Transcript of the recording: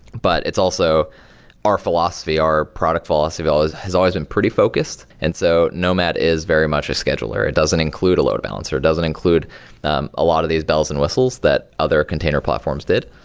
but it's also our philosophy, our product philosophy has always been pretty focused. and so nomad is very much a scheduler. it doesn't include a load balancer. it doesn't include um a lot of these bells and whistles that other container platforms did.